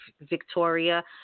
Victoria